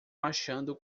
marchando